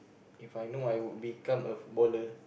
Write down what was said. If I know I would become a footballer